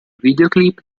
videoclip